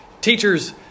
teachers